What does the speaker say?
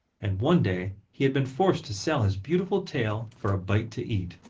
and one day he had been forced to sell his beautiful tail for a bite to eat.